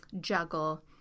juggle